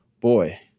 boy